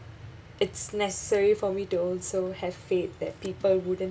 it's necessary for me to also have faith that people wouldn't